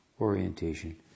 orientation